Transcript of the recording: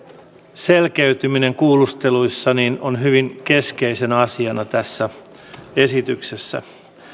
selkeytyminen kuulusteluissa on hyvin keskeisenä asiana tässä esityksessä